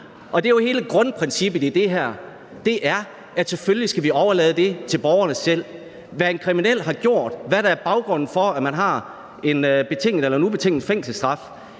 det er jo hele grundprincippet i det her: Selvfølgelig skal vi overlade det til borgerne selv. Hvad en kriminel har gjort, hvad der er baggrunden for, at man har en betinget eller